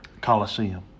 Coliseum